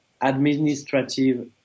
administrative